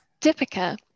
Dipika